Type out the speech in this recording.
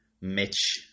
Mitch